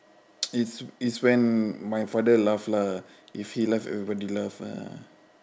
it's it;s when my father laugh lah if he laugh everybody laugh ah